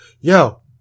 Yo